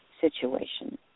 situation